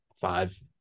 five